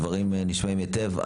הדברים נשמעים היטב.